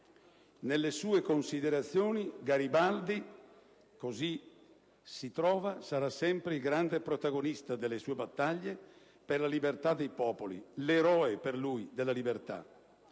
Nelle sue considerazioni, Garibaldi sarà sempre il grande protagonista delle battaglie per la libertà dei popoli, l'eroe - per lui - della libertà.